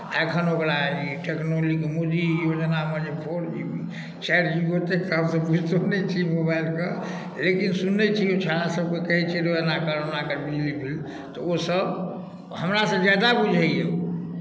आ एखन ओकरा ई टेक्नोक्लिक मौजी आओर जेनामे जे फोर चारि जी बी ओतेक तऽ हमसभ बुझितो नहि छी मोबाइलके लेकिन सुनै छी छौड़ा सभ कहै छै रौ एना कर ओना कर बिजली बिल तऽ ओसभ हमरासँ ज्यादा बुझैए